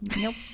Nope